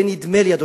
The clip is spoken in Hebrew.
אבל לא קורבן.